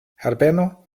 herbeno